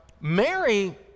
Mary